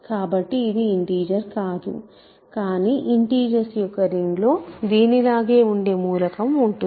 కాబట్టి ఇది ఇంటిజర్ కాదు కానీ ఇంటిజర్స్ యొక్క రింగ్ లో దీని లాగే ఉండే మూలకం ఉంటుంది